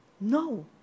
No